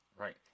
Right